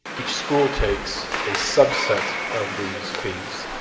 each school takes a subset of these fees,